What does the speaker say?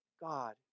God